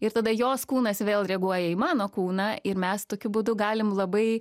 ir tada jos kūnas vėl reaguoja į mano kūną ir mes tokiu būdu galim labai